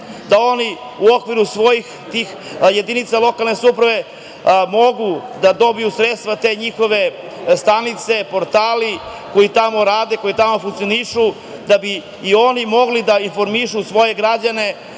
da oni u okviru svojih jedinica lokalne samouprave mogu da dobiju sredstva, te njihove stanice, portali koji tamo rade, koji tamo funkcionišu, da bi i oni mogli da informišu svoje građane